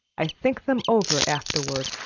i think them over afterward.